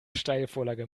steilvorlage